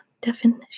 Definition